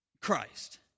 Christ